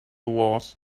wars